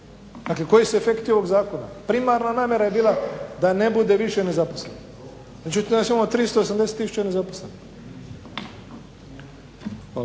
Dakle koji su efekti ovoga zakona? primarna namjera je bila da ne bude više nezaposlenih, međutim danas imamo 380 tisuća nezaposlenih.